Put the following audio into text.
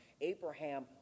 Abraham